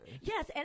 Yes